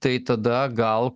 tai tada gal